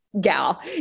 gal